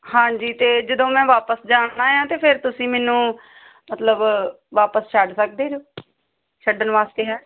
ਹਾਂਜੀ ਅਤੇ ਜਦੋਂ ਮੈਂ ਵਾਪਸ ਜਾਣਾ ਆ ਤਾਂ ਫਿਰ ਤੁਸੀਂ ਮੈਨੂੰ ਮਤਲਬ ਵਾਪਸ ਛੱਡ ਸਕਦੇ ਹੋ ਛੱਡਣ ਵਾਸਤੇ ਹੈ